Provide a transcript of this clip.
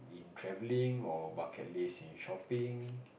in travelling or bucket list in shopping